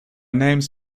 name’s